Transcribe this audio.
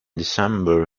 december